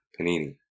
Panini